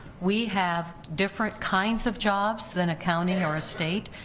we have different kinds of jobs than a county or a state,